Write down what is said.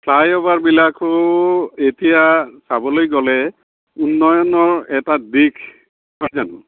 ফ্লাইঅভাৰবিলাকো এতিয়া চাবলৈ গ'লে ইমানৰ এটা দিশ